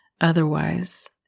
otherwise